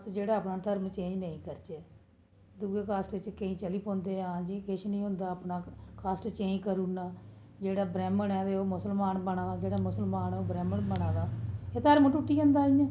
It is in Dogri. अस जेह्ड़ा अपना धर्म चेंज निं करचै दूई कास्ट च केंई चली पौंदे आखदे किश नेईं होंदा कास्ट चेंज करी ओड़ना जेह्डा ब्राह्मन ऐ ते ओह् मुस्लमान बनै दा जेह्ड़ा मुस्लमान ऐ ओह् ब्राह्मन बनै दा ते धर्म त्रुटी जंदा इ'यां